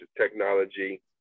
technology